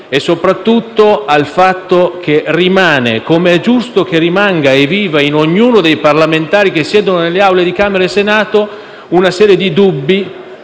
Soprattutto permane, come è giusto che avvenga in ognuno dei parlamentari che siedono nelle Aule di Camera e Senato, una serie di dubbi,